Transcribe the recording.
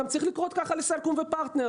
צריך גם לקרות ככה לסלקום ופרטנר,